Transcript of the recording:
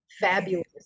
fabulous